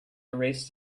erased